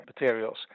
materials